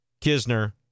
Kisner